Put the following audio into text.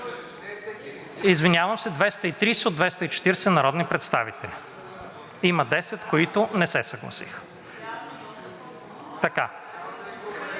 Извинявам се, 230 от 240 народни представители – има 10, които не се съгласиха. Така